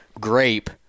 grape